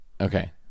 Okay